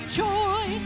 joy